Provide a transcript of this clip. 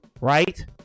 Right